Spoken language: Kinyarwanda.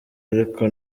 ariko